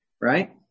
right